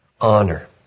Honor